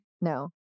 no